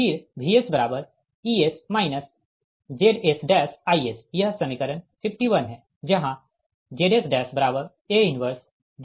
फिर VsEs ZsIs यह समीकरण 51 है जहाँ ZsA 1ZpA है